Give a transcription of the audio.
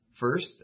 First